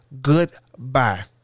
goodbye